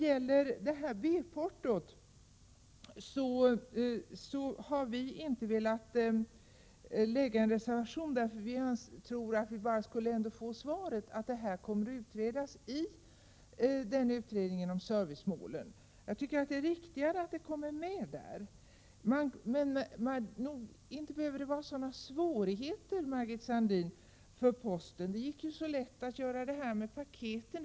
Om B-portot har vi inte velat lägga fram någon reservation, eftersom vi räknat med att vi ändå bara skulle få svaret att saken kommer upp i utredningen om servicemålen. Jag tycker att det är riktigare att det kommer med där. Men inte behöver det, Margit Sandéhn, vara så svårt för posten. Det gick ju så lätt att göra det där med paketen.